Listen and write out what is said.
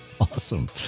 Awesome